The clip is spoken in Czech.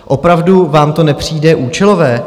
Opravdu vám to nepřijde účelové?